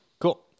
Cool